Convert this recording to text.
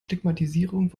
stigmatisierung